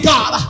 God